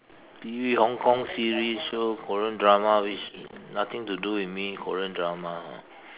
T_V Hong-Kong T_V show Korean drama which nothing to do with me Korean drama